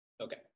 Okay